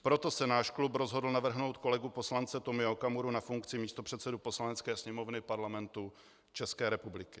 Proto se náš klub rozhodl navrhnout kolegu poslance Tomia Okamuru na funkci místopředsedy Poslanecké sněmovny Parlamentu České republiky.